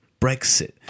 Brexit